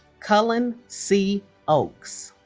cullen c. oakes